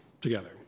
together